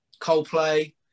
Coldplay